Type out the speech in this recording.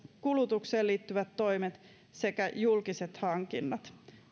kulutukseen liittyvät toimet sekä julkiset hankinnat